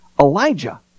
Elijah